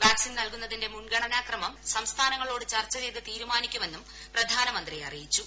vaccine നൽകുന്നതിന്റെ മുൻഗണനാർക്രമർ സംസ്ഥാനങ്ങളോട് ചർച്ച ചെയ്ത് തീരുമാനിക്കുമെന്നും പ്രധാനമന്ത്രി അറിയിച്ചു